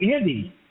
Andy